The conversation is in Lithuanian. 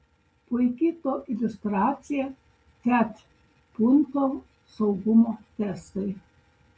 puiki to iliustracija fiat punto saugumo testai